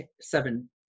seven